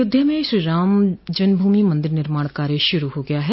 अयोध्या में श्री राम जन्मभूमि मंदिर निर्माण कार्य शुरू हो गया है